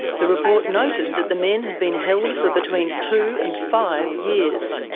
the report noted that the men had been held for between two and five years.